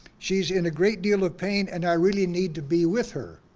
she's in a great deal of pain and i really need to be with her.